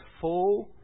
full